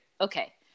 Okay